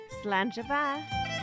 Slanjava